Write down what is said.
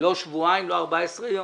ולא 14 ימים.